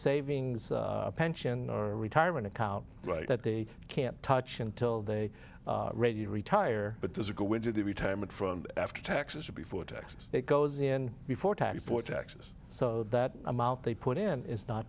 savings pension or a retirement account that they can't touch until they are ready to retire but does it go into the retirement from after taxes or before taxes it goes in before tax or taxes so that amount they put in is not